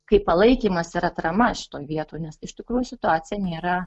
kaip palaikymas ir atrama šitoj vietoj nes iš tikrųjų situacija nėra